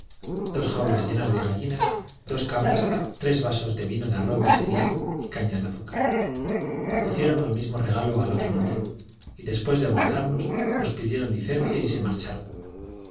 dos jaulas llenas de gallinas dos cabras tres vasos de vino de arroz destilado y cañas de azúcar hicieron el mismo regalo al otro navio y después de abrazarnos nos pidieron licencia y se marcharon